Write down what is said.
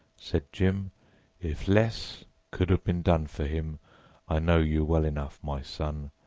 said jim if less could have been done for him i know you well enough, my son,